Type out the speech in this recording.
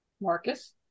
Marcus